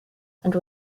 and